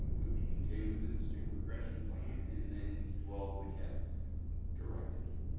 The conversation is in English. it would be contained within the student progression plan, and then you all would have directed it.